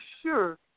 sure